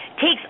takes